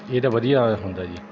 ਇਹ ਤਾਂ ਵਧੀਆ ਹੁੰਦਾ ਜੀ